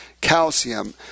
calcium